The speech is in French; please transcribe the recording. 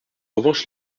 revanche